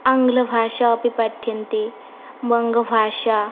आङ्गलभाषा अपि पाठ्यन्ते वङ्गभाषा